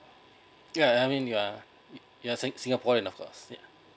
yeah I mean yeah yeah sing~ singaporean of course